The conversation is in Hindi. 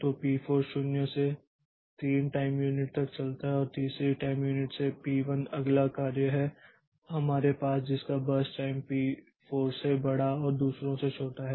तो P4 0 से 3 टाइम यूनिट तक चलता है और तीसरी टाइम यूनिट से P1 अगला कार्य है हमारे पास जिसका बर्स्ट टाइम P4 से बड़ा और दूसरों से छोटा है